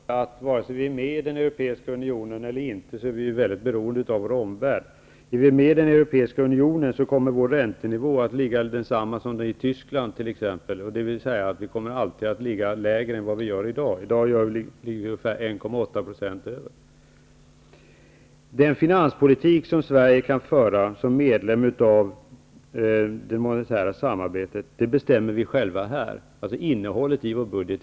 Fru talman! Jag skulle först och främst vilja konstatera att vare sig vi är med i Europeiska unionen eller inte är vi mycket beroende av vår omvärld. Om vi är med i Europeiska unionen kommer vår räntenivå att vara densamma som t.ex. den tyska, dvs. vår räntenivå kommer alltid att vara lägre än den är i dag. I dag är vår ränta ungefär Den finanspolitik som Sverige kan föra som medlem av det monetära samarbetet bestämmer vi själva här i Sverige, alltså innehållet i vår budget.